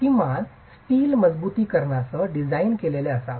किमान स्टील मजबुतीकरणासह डिझाइन केलेले असावे